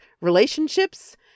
relationships